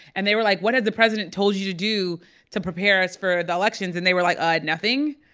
and they were like, what has the president told you to do to prepare us for the elections? and they were like, ah nothing